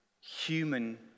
human